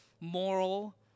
moral